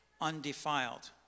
undefiled